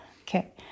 Okay